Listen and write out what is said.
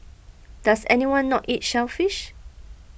does anyone not eat shellfish